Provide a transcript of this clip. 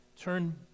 turn